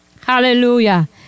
Hallelujah